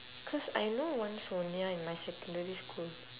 cause I know one sonia in my secondary school